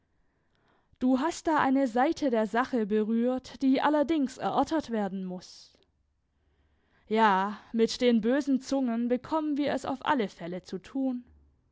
du hast da eine seite der sache berührt die allerdings erörtert werden muß ja mit den bösen zungen bekommen wir es auf alle fälle zu tun